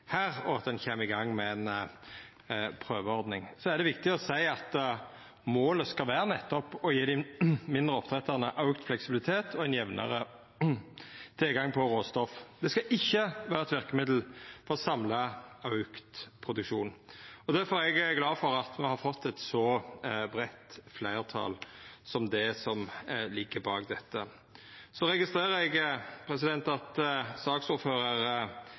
her, og at ein kjem i gang med ei prøveordning. Det er viktig å seia at målet skal vera nettopp å gje dei mindre oppdrettarane auka fleksibilitet og ein jamnare tilgang på råstoff. Det skal ikkje vera eit verkemiddel for samla auka produksjon. Difor er eg glad for at me har fått eit så breitt fleirtal som det som ligg bak dette. Eg registrerer at